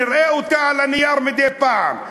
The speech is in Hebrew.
נראה אותה על הנייר מדי פעם,